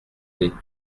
des